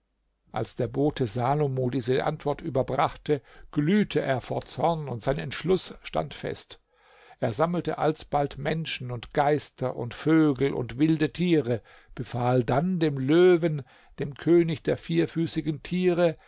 als der bote salomo diese antwort überbrachte glühte er vor zorn und sein entschluß stand fest er sammelte alsbald menschen und geister und vögel und wilde tiere befahl dann dem löwen dem könig der vierfüßigen tiere